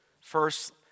First